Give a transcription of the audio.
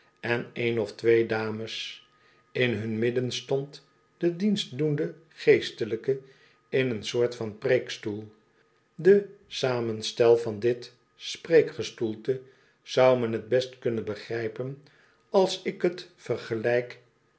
en een of twee dames in hun midden stond de dienstdoende geestelijke in een soort van preekstoel de samenstel van dit spreekgestoelte zou men t best kunnen begrijpen als ik het